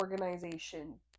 organization